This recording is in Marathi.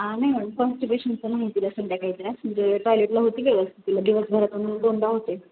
हा ना मॅम कोंस्टिपेशनचं नाही तिला असं काही म्हणजे टॉयलेटला होती व्यवस्थित तिला दिवसभरात मग दोनदा होते